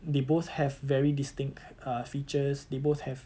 they both have very distinct uh features they both have